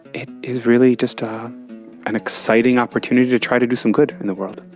it is really just ah an exciting opportunity to try to do some good in the world.